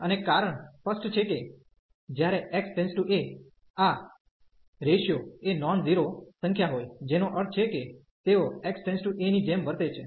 અને કારણ સ્પષ્ટ છે કે જ્યારે x → a આ રેશીયો એ નોન ઝીરો સંખ્યા હોય જેનો અર્થ છે કે તેઓ x → a ની જેમ વર્તે છે